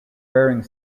bearing